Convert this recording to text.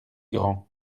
grand